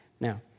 Now